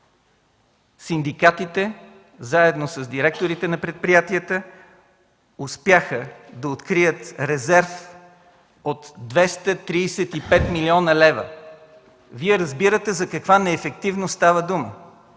синдикатите, заедно с директорите на предприятията, успяха да открият резерв от 235 млн. лв. Вие разбирате за каква неефективност става дума.